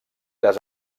les